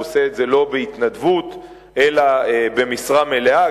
והוא עושה את זה לא בהתנדבות אלא במשרה מלאה,